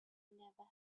never